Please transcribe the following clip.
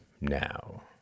now